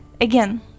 again